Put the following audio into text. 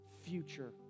future